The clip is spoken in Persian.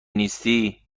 نیستی